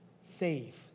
Save